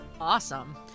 Awesome